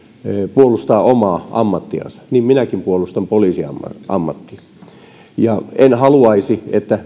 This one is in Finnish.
puolustaa omaa ammattiansa niin minäkin puolustan poliisin ammattia ja en haluaisi että